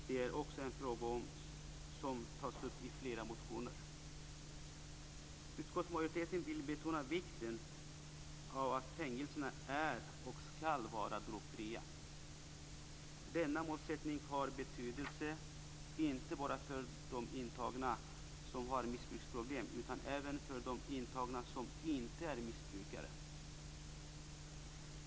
Det är också en fråga som tas upp i flera motioner. Utskottsmajoriteten vill betona vikten av att fängelserna är och skall vara drogfria. Denna målsättning har betydelse inte bara för de intagna som har missbruksproblem utan även för de intagna som inte är missbrukare.